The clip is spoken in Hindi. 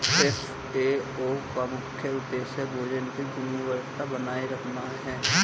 एफ.ए.ओ का मुख्य उदेश्य भोजन की गुणवत्ता बनाए रखना है